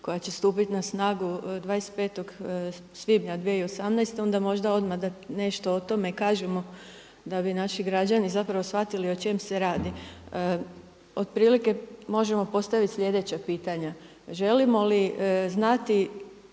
koja će stupit na snagu 25. svibnja 2018. onda možda da odmah nešto o tome kažemo da bi naši građani zapravo shvatili o čem se radi. Otprilike možemo postavit sljedeća pitanja. Želimo li znati